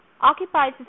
occupied